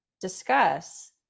discuss